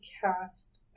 cast